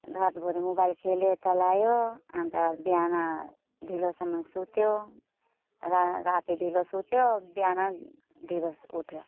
रातभरि मोबाइल खेल्यो चलायो अन्त बिहान ढिलोसम्म सुत्यो र राति ढिलो सुत्यो बिहान ढिलो उठ्यो